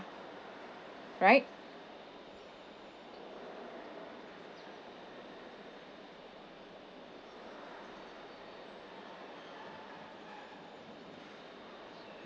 right